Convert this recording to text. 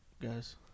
guys